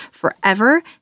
forever